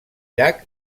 llac